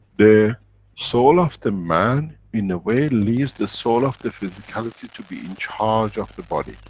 the soul of the man, in a way leaves the soul of the physicality, to be in charge of the body.